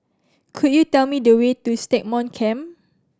could you tell me the way to Stagmont Camp